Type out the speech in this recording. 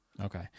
Okay